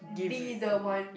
be the one